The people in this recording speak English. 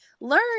learn